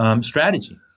strategy